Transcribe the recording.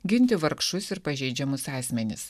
ginti vargšus ir pažeidžiamus asmenis